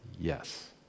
yes